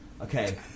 Okay